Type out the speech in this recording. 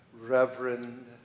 reverend